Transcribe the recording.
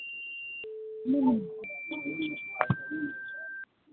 ह्म्म